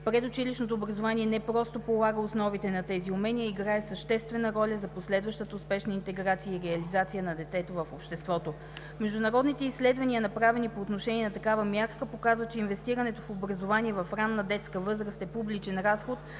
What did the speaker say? Предучилищното образование не просто полага основите на тези умения, но играе съществена роля за последващата успешна интеграция и реализация на детето в обществото. Международните изследвания, направени по отношение на такава мярка, показват, че инвестирането в образование в ранна детска възраст е публичен разход